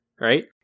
right